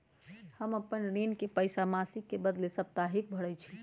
हम अपन ऋण के पइसा मासिक के बदले साप्ताहिके भरई छी